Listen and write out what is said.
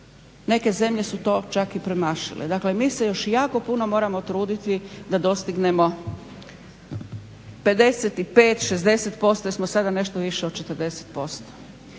Neke zemlje su to čak i premašile. Dakle, mi se još jako puno moramo truditi da dostignemo 55, 60% jer smo sada nešto više od 40%.